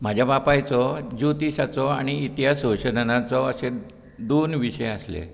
म्हाज्या बापायचो ज्योतीशाचो आनी इतिहास संशोधनाचो अशें दोन विशय आसले